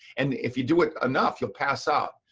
and if you do it enough, you'll pass out,